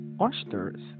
oysters